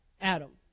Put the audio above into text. Adam